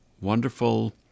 wonderful